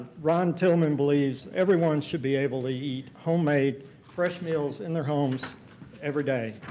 ron tilman believes everyone should be able to eat homemade fresh meals in their homes everyday.